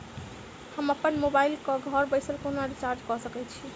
हम अप्पन मोबाइल कऽ घर बैसल कोना रिचार्ज कऽ सकय छी?